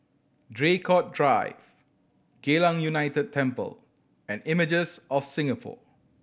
Draycott Drive Geylang United Temple and Images of Singapore